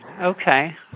Okay